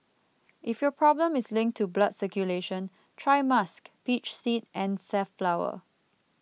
if your problem is linked to blood circulation try musk peach seed and safflower